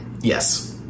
Yes